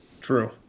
True